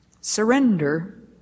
surrender